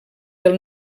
del